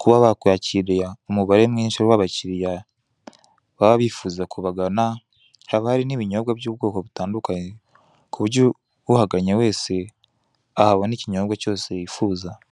kuba bakwakira umubare mwinshi w'abakiriya baba bifuza kubagana, haba hari n'ibinyobwa by'ubwoko butandukanye, ku buryo uhaganye wese ahabona ikinyobwa cyose yifuza.